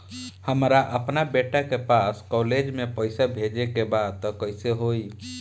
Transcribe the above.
हमरा अपना बेटा के पास कॉलेज में पइसा बेजे के बा त कइसे होई?